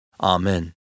Amen